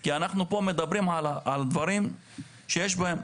כי אנחנו פה מדברים על דברים שיש בהם,